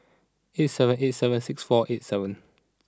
eight seven eight seven six four eight seven